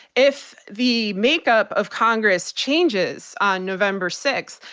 if the make-up of congress changes on november six,